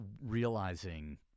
realizing